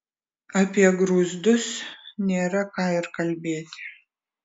apie grūzdus nėra ką ir kalbėti